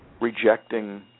rejecting